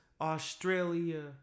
Australia